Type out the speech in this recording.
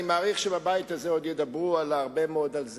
אני מעריך שבבית הזה עוד ידברו על זה הרבה מאוד,